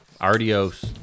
Adios